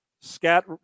scat